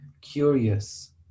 curious